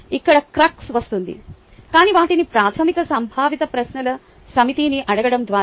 ఇక్కడ క్రక్స్ వస్తుంది కానీ వాటిని ప్రాథమిక సంభావిత ప్రశ్నల సమితిని అడగడం ద్వారా